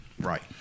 Right